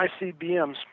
ICBMs